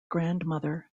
grandmother